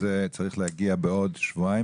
והמסקנות צריכות להגיע בעוד כשבועיים